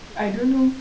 I don't know